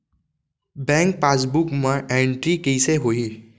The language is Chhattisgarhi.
बैंक पासबुक मा एंटरी कइसे होही?